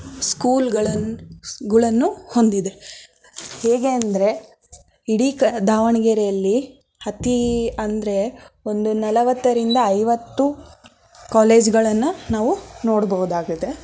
ಸ್ಕೂಲ್ಗಳನ್ನು ಗುಳನ್ನು ಹೊಂದಿದೆ ಹೇಗೆ ಅಂದರೆ ಇಡೀ ದಾವಣಗೆರೆಯಲ್ಲಿ ಅತಿ ಅಂದರೆ ಒಂದು ನಲವತ್ತರಿಂದ ಐವತ್ತು ಕಾಲೇಜ್ಗಳನ್ನು ನಾವು ನೋಡಬಹುದಾಗಿದೆ